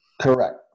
Correct